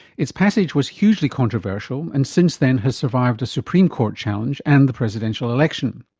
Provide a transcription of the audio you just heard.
its passage was hugely controversial and since then has survived a supreme court challenge and the presidential election.